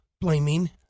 blaming